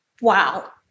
wow